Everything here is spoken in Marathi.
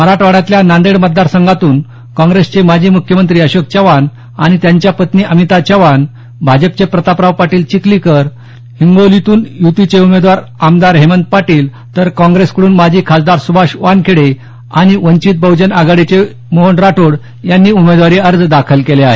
मराठवाड्यातल्या नांदेड मतदार संघातून काँग्रेसचे माजी मुख्यमंत्री अशोक चव्हाण आणि त्यांच्या पत्नी अमिता चव्हाण भाजपचे प्रतापराव पाटील चिखलीकर हिंगोलीतून युतीचे उमेदवार आमदार हेमंत पाटील तर काँग्रेसकडून माजी खासदार सुभाष वानखेडे आणि वंचित बहजन आघाडीचे मोहन राठोड यांनी उमेदवारी अर्ज दाखल केले आहेत